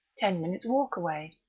ten minutes' walk away,